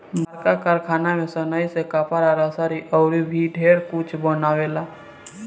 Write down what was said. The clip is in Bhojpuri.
बड़का कारखाना में सनइ से कपड़ा, रसरी अउर भी ढेरे कुछ बनावेला